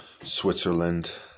Switzerland